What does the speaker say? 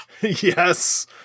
Yes